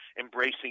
embracing